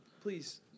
Please